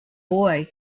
boy